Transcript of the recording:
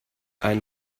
ein